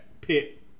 pit